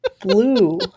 Blue